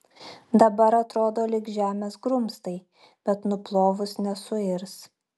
dabar atrodo lyg žemės grumstai bet nuplovus nesuirs